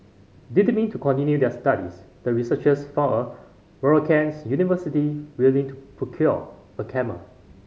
determined to continue their studies the researchers found a Moroccans university willing to procure a camel